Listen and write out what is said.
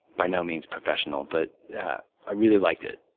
by no means professional. but i really liked it.